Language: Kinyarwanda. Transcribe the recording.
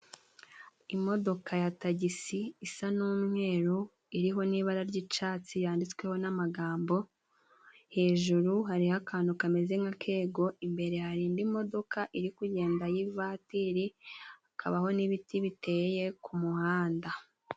Imodoka ya tagisi isa n'umweru iriho n'ibara ry'icatsi yanditsweho n'amagambo hejuru hariho akantu kameze nk'akego, imbere hari imodoka iri kugenda y'ivatiri, hakabaho n'ibiti biteye ku muhanda.